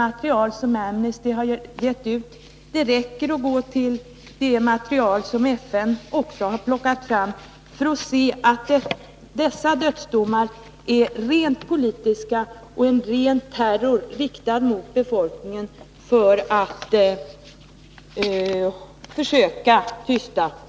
Avser bostadsministern att ta några initiativ för att den nya planoch bygglagen skall tillgodose de krav som kvinnorna ställer på såväl utform Nr 13 ningen av som inflytandet över samhällsbyggandet?